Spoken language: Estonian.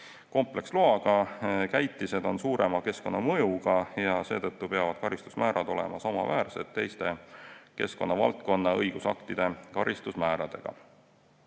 Kompleksloa [saanud] käitised on suurema keskkonnamõjuga ja seetõttu peavad need karistusmäärad olema samaväärsed teiste keskkonnavaldkonna õigusaktide karistusmääradega.